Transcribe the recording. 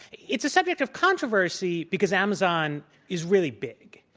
it's a subject of controversy because amazon is really big.